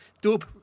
Dub